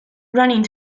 running